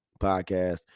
podcast